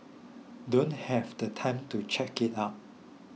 don't have the time to check it out